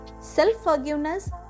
Self-forgiveness